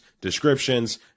descriptions